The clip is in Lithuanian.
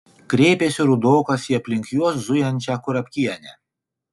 kreipėsi rudokas į aplink juos zujančią kurapkienę